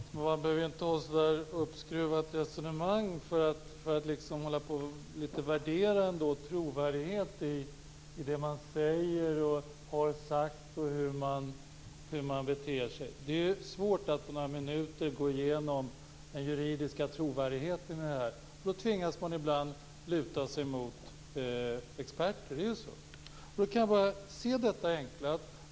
Fru talman! Man behöver inte föra ett så uppskruvat resonemang för att värdera trovärdigheten i det man säger och har sagt i och hur man beter sig. Det är svårt att på några minuter gå igenom den juridiska trovärdigheten i detta. Då tvingas man ibland luta sig mot experter. Jag kan då bara se detta enkla.